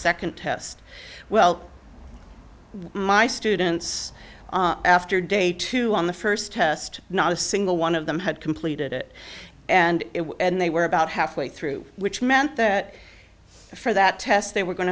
second test well my students after day two on the first test not a single one of them had completed it and they were about halfway through which meant that for that test they were going